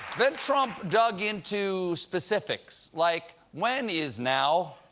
then trump dug into specifics like when is now?